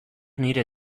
nire